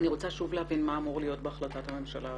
אני רוצה שוב להבין מה אמור להיות בהחלטת הממשלה.